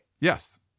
Yes